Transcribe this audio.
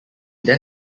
then